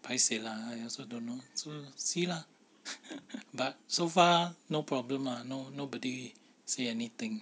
paiseh lah ya so don't know so see lah but so far no problem ah no nobody say anything